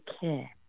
care